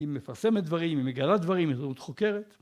אם מפרסמת דברים, אם מגלה דברים איזו עוד חוקרת